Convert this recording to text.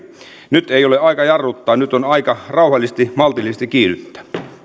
nyt ei ole aika jarruttaa nyt on aika rauhallisesti maltillisesti kiihdyttää